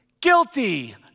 Guilty